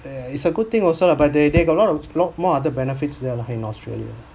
yeah it's a good thing also lah but they they got a lot of lot more other benefits there lah in australia